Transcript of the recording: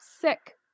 sick